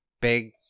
big